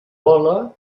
vola